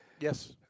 Yes